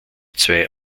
zwei